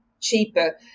cheaper